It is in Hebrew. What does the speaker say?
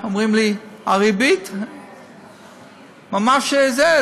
אומרים לי: הריבית ממש זה,